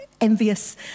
envious